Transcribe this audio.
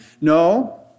No